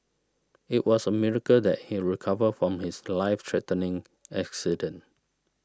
it was a miracle that he recovered from his life threatening accident